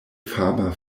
fama